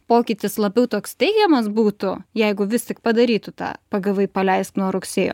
pokytis labiau toks teigiamas būtų jeigu vis tik padarytų tą pagavai paleisk nuo rugsėjo